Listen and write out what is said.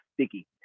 sticky